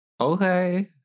Okay